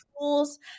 tools